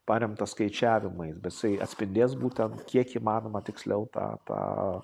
paremtas skaičiavimais bet jisai atspindės būtent kiek įmanoma tiksliau tą tą